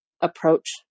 approach